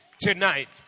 tonight